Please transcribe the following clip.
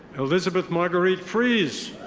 elizabeth marguerite frees.